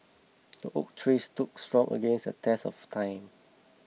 the oak tree stood strong against the test of time